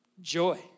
joy